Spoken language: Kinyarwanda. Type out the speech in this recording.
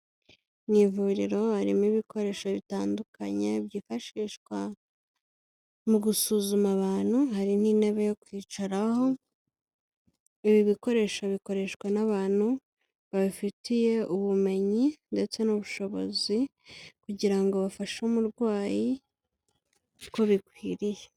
Mu ivuriro harimo ibikoresho bitandukanye byifashishwa mu gusuzuma abantu harimo n'intebe yo kwicaraho, ibi bikoresho bikoreshwa n'abantu babifitiye ubumenyi ndetse n'ubushobozi kugira ngo bafashe umurwayi uko bikwiriye.